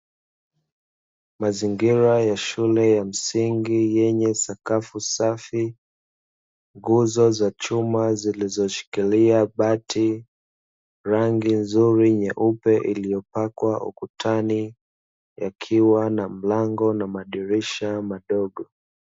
Mazingira ya shule ya msingi yenye sakafu safi, nguzo za chuma zilizoshikilia bati, rangi nzuri nyeupe iliyopakwa ukutani, yakiwa na mlango na madirisha madogo.